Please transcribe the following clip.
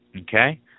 Okay